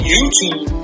YouTube